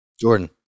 Jordan